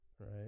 right